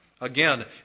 again